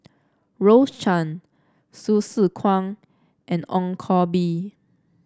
Rose Chan Hsu Tse Kwang and Ong Koh Bee